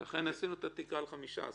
לכן עשינו את התקרה בזמנו ל-15%.